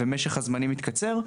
משך הזמנים מתקצר,